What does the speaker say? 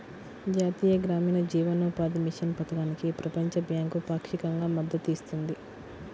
జాతీయ గ్రామీణ జీవనోపాధి మిషన్ పథకానికి ప్రపంచ బ్యాంకు పాక్షికంగా మద్దతు ఇస్తుంది